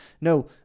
No